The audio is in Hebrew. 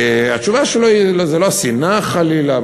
התשובה שלו שזאת לא שנאה חלילה.